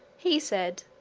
he said,